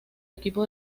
equipo